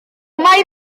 mai